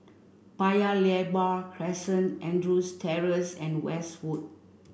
Paya Lebar Crescent Andrews Terrace and Westwood